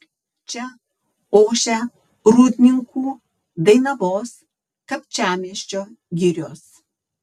čia ošia rūdninkų dainavos kapčiamiesčio girios